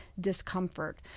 discomfort